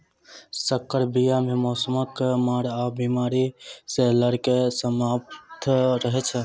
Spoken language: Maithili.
सँकर बीया मे मौसमक मार आ बेमारी सँ लड़ैक सामर्थ रहै छै